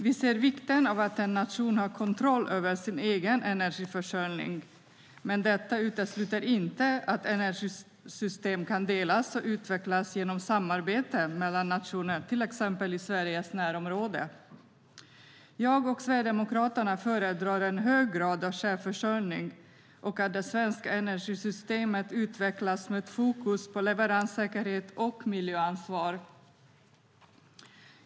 Vi ser vikten av att en nation har kontroll över sin egen energiförsörjning, men detta utesluter inte att energisystem kan delas och utvecklas genom samarbete mellan nationer, till exempel i Sveriges närområde. Jag och Sverigedemokraterna föredrar en hög grad av självförsörjning och att det svenska energisystemet utvecklas med fokus på leveranssäkerhet och miljöansvar.